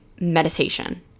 meditation